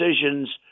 decisions